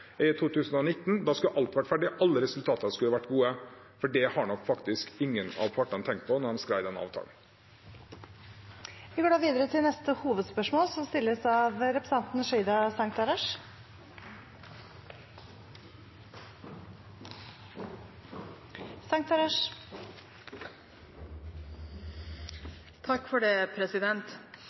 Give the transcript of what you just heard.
i 2019 skulle alt ha vært ferdig, alle resultatene skulle ha vært gode – for det har nok faktisk ingen av partene tenkt på da de skrev den avtalen. Vi går videre til neste hovedspørsmål.